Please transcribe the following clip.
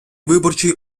виборчий